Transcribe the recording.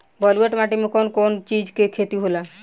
ब्लुअट माटी में कौन कौनचीज के खेती होला?